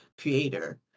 creator